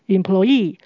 Employee